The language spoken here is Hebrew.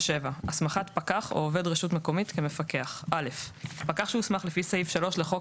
הסמכת פקח או עובד רשות מקומית כמפקח 27.(א)פקח שהוסמך לפי סעיף 3 לחוק